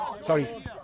Sorry